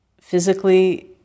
physically